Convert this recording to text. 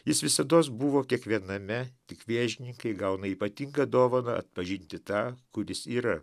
jis visados buvo kiekviename tik vėžininkai gauna ypatingą dovaną atpažinti tą kuris yra